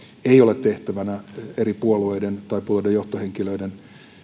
ei ole tehtävänään eri puolueiden tai puolueiden johtohenkilöiden